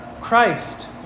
Christ